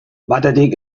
batetik